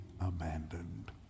abandoned